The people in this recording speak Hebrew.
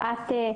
שהצבעת עליו את,